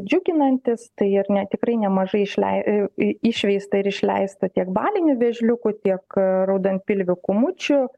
džiuginantys tai ar ne tikrai nemažai išlei į išveista ir išleista tiek balinių vėžliukų tiek raudonpilvių kūmučių